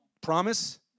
Promise